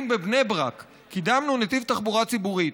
אם בבני ברק קידמנו נתיב תחבורה ציבורית,